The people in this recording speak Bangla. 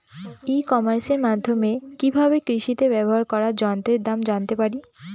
ই কমার্সের মাধ্যমে কি ভাবে কৃষিতে ব্যবহার করা যন্ত্রের দাম জানতে পারি?